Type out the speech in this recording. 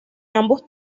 ambos